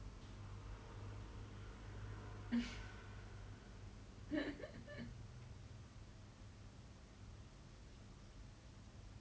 that I dunno sweat shop thing like that is frown upon but is their way of life you think they don't want to have better rights you think they don't want to like